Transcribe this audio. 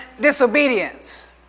disobedience